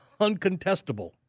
uncontestable